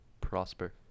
prosper